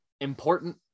Important